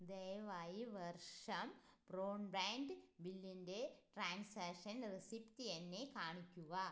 ദയവായി വർഷം ബ്രോഡ്ബാൻഡ് ബില്ലിൻ്റെ ട്രാൻസാക്ഷൻ റെസിപ്റ്റ് എന്നെ കാണിക്കുക